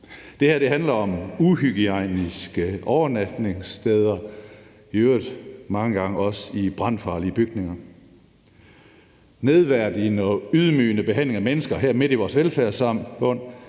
Det her handler om uhygiejniske overnatningssteder – i øvrigt mange gange også i brandfarlige bygninger – og nedværdigende og ydmygende behandling af mennesker her midt i vores velfærdssamfund,